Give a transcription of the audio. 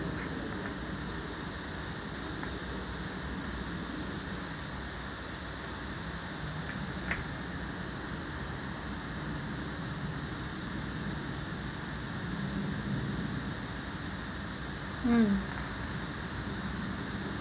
mm